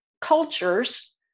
cultures